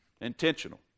intentional